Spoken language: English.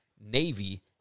Navy